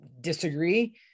disagree